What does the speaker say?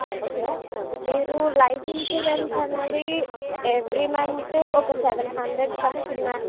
okay మీరు life insurance అన్నది every month ఒక సెవెన్ హండ్రెడ్ కట్టుకున్నారంటే